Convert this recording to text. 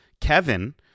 Kevin